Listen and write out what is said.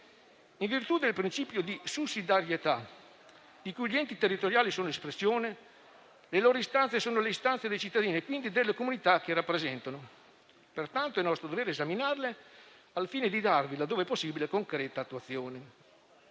In virtù del principio di sussidiarietà di cui gli enti territoriali sono espressione, le loro istanze sono quelle dei cittadini e, quindi, delle comunità che rappresentano. Pertanto, è nostro dovere esaminarle al fine gli darvi, laddove possibile, concreta attuazione.